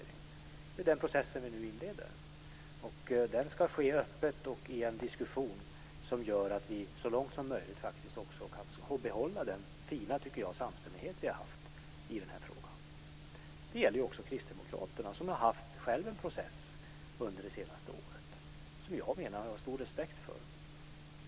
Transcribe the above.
Det är den process vi nu inleder. Den ska ske öppet och i en diskussion som gör att vi så långt som möjligt faktiskt också kan få behålla den som jag tycker fina samstämmighet vi har haft i den här frågan. Det gäller också Kristdemokraterna som själva haft en process under det senaste året som jag har stor respekt för.